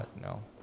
no